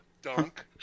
dunk